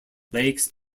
lakes